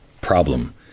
problem